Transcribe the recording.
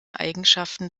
eigenschaften